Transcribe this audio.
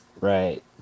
Right